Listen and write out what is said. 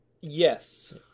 Yes